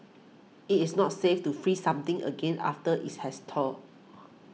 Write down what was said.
it is not safe to freeze something again after it has thawed